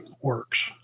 works